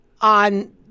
On